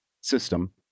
system